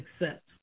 accept